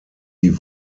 die